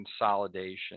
consolidation